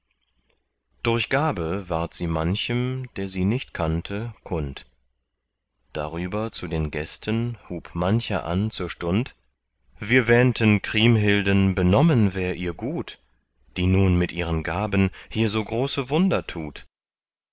durch gabe ward sie manchem der sie nicht kannte kund darüber zu den gästen hub mancher an zur stund wir wähnten kriemhilden benommen wär ihr gut die nun mit ihren gaben hier so große wunder tut